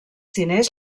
diners